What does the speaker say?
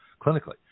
clinically